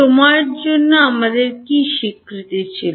সময়ের জন্য আমাদের কাছে কি চিহ্ন ছিল